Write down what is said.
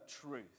truth